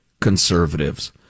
conservatives